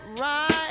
right